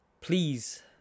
Please